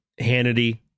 Hannity